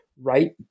right